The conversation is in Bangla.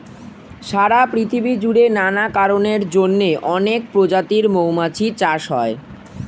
সারা পৃথিবী জুড়ে নানা কারণের জন্যে অনেক প্রজাতির মৌমাছি চাষ হয়